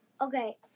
okay